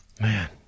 Man